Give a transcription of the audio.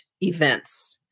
events